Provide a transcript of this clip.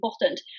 important